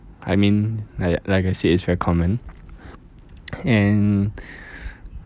I mean like like I said it's very common and